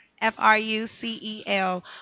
F-R-U-C-E-L